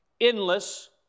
endless